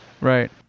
right